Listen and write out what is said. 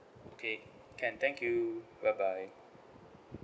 okay can thank you bye bye